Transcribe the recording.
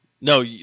No